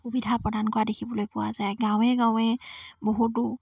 সুবিধা প্ৰদান কৰা দেখিবলৈ পোৱা যায় গাঁৱে গাঁৱে বহুতো